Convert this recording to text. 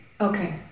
Okay